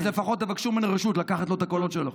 אז לפחות תבקשו ממנו רשות לקחת לו את הקולות שלו,